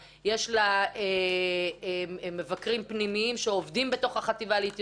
יש לה מבקרים פנימיים שעובדים בתוך החטיבה להתיישבות,